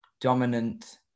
dominant